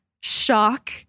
shock